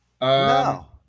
No